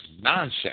nonsense